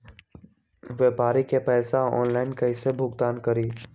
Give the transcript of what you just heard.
व्यापारी के पैसा ऑनलाइन कईसे भुगतान करी?